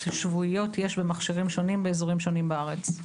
שבועיות יש במכשירים שונים באזורים שונים בארץ.